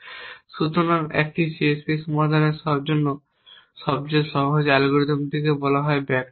সুতরাং একটি CSP সমাধানের জন্য সবচেয়ে সহজ অ্যালগরিদমটিকে বলা হয় ব্যাকট্র্যাকিং